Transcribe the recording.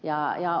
olen ed